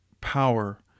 power